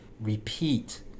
repeat